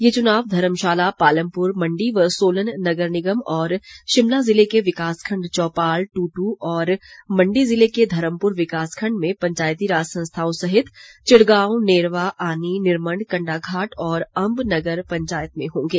ये चुनाव धर्मशाला पालमपुर मण्डी व सोलन नगर निगम और शिमला जिले के विकास खण्ड चौपाल दूटू और मण्डी जिले के धर्मपुर विकास खण्ड में पंचायती राज संस्थाओं सहित चिड़गांव नेरवा आनी निरमण्ड कंडाघाट और अम्ब नगर पंचायत में होंगे